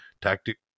tactic